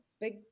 big